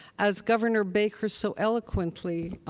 as governor baker so eloquently